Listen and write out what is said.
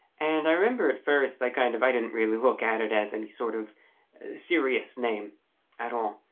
and i remember at first i kind of i didn't really look at it as any sort of serious name at all,